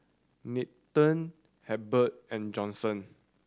Norton Hebert and Johnson